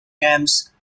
camps